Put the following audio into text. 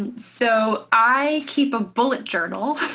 and so i keep a bullet journal.